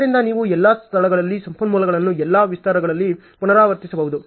ಆದ್ದರಿಂದ ನೀವು ಎಲ್ಲಾ ಸ್ಥಳಗಳಲ್ಲಿನ ಸಂಪನ್ಮೂಲಗಳನ್ನು ಎಲ್ಲಾ ವಿಸ್ತಾರಗಳಲ್ಲಿ ಪುನರಾವರ್ತಿಸುತ್ತಿರಬಹುದು